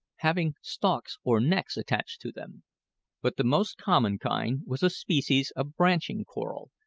having stalks or necks attached to them but the most common kind was a species of branching coral,